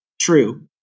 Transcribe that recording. True